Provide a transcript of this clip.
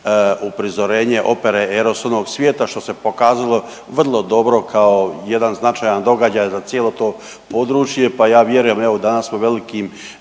uprizorenje opere Ero s onog svijeta što se pokazalo vrlo dobro kao jedan značajan događaj za cijelo to područje. Pa ja vjerujem, evo danas smo velikim